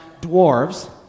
dwarves